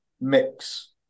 mix